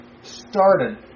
started